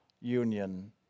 union